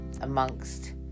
amongst